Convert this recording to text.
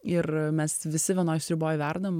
ir mes visi vienoj sriuboj verdam